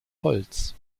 holz